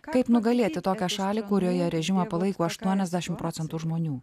kaip nugalėti tokią šalį kurioje režimą palaiko aštuoniasdešimt procentų žmonių